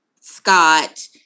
Scott